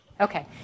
Okay